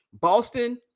Boston